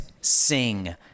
sing